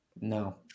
No